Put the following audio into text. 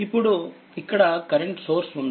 ఇప్పుడుఇక్కడ current source ఉంది